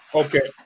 okay